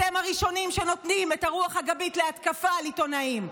אתם הראשונים שנותנים את הרוח הגבית להתקפה על עיתונאים.